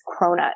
cronut